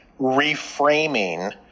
reframing